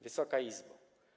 Wysoka Izbo!